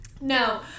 No